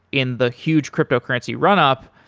in the huge cryptocurrency run up,